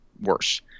worse